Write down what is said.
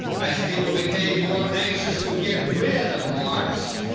as people became more anxious to get rid of marks,